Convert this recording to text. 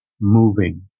moving